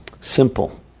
simple